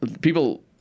people